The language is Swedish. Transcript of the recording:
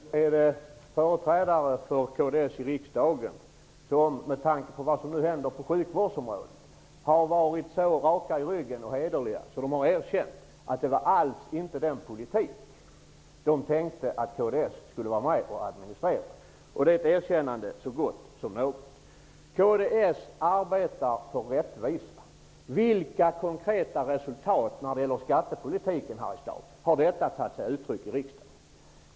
Herr talman! Det finns företrädare för kds i riksdagen som har varit så pass rakryggiga och hederliga att de med tanke på vad som hänt på sjukvårdsområdet har erkänt att det inte var alls den politik som de tänkt sig att kds skulle vara med och administrera. Det är ett erkännande så gott som något. Kds arbetar för rättvisa. Vilka konkreta resultat när det gäller skattepolitiken, Harry Staaf, har detta tagit sig uttryck i i riksdagen?